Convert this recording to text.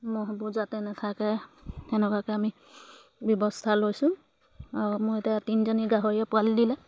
মহ যাতে নাথাকে তেনেকুৱাকৈ আমি ব্যৱস্থা লৈছোঁ আৰু মোৰ এতিয়া তিনিজনী গাহৰিয়ে পোৱালি দিলে